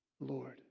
Lord